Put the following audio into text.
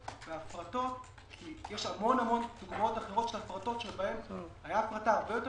בהפרטות כי יש המון חברות אחרות שבהן היתה הפרטה הרבה יותר